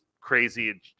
crazy